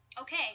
Okay